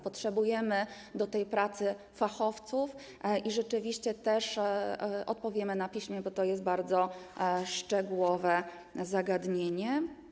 Potrzebujemy do tej pracy fachowców i rzeczywiście też odpowiemy na to na piśmie, bo to jest bardzo szczegółowe zagadnienie.